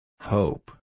Hope